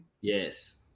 Yes